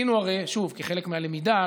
כחלק מהלמידה,